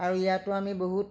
আৰু ইয়াতো আমি বহুত